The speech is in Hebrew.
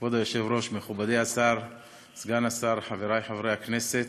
כבוד היושב-ראש, מכובדי סגן השר, חברי חברי הכנסת,